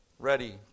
ready